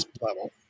level